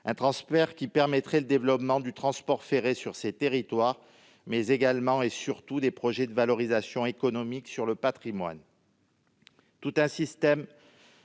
un transfert qui permettrait le développement du transport ferré dans ces territoires, mais également, et surtout, des projets de valorisation économique du patrimoine.